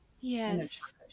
Yes